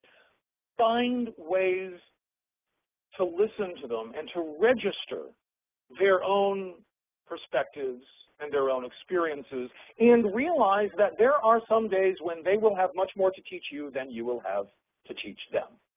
find ways to listen to them and to register their own perspectives and their own experiences and realize that there are some days when they will have much more to teach you than you will have to teach them.